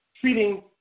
treating